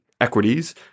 equities